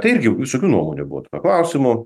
tai irgi visokių nuomonių buvo ir paklausimų